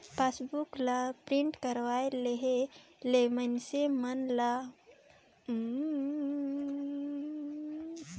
passbook ला print करवाये लेहे ले मइनसे मन के महिना भर के लेन देन के जम्मो जानकारी भेटाय जात रहीस